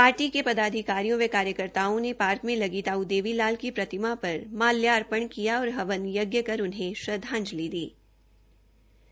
party के पदाधिकारियों व कार्यकर्ताओं ने पार्क में लगी ताऊ देवी लाल की प्रतिमा पर माल्यापर्ण किया और हवन यज्ञ कर उन्हें श्रद्वांजलि दी गई